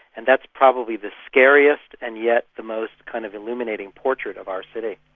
and that's probably the scariest and yet the most kind of illuminating portrait of our city.